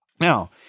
Now